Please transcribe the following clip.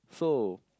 so